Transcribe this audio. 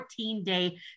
14-Day